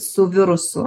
su virusu